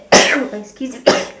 excuse me